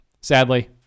Sadly